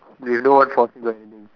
you have no one forcing or anything